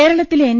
കേരളത്തിലെ എൻ